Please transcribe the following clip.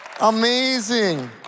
Amazing